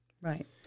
Right